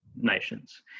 nations